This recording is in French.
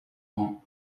rang